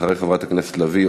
אחרי חברת הכנסת לביא,